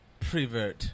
prevert